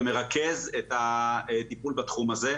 ומרכז את הטיפול בתחום הזה.